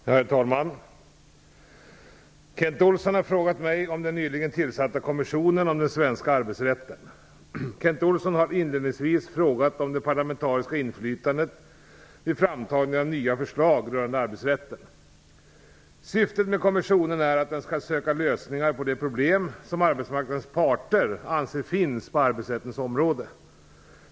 Herr talman! Kent Olsson har frågat mig om den nyligen tillsatta kommissionen om den svenska arbetsrätten. Kent Olsson har inledningsvis frågat om det parlamentariska inflytandet vid framtagning av nya förslag rörande arbetsrätten. Syftet med kommissionen är att den skall söka lösningar på de problem som arbetsmarknadens parter anser finns på arbetsrättens område.